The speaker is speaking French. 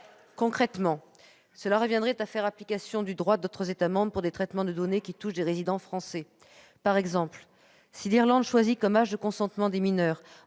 Concrètement, cela reviendrait à faire application du droit d'autres États membres pour des traitements de données qui touchent des résidents français. Je donne un exemple. Si l'Irlande choisit comme âge de consentement des mineurs,